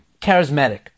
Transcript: Charismatic